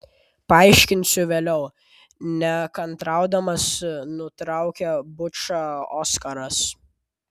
paaiškinsiu vėliau nekantraudamas nutraukė bučą oskaras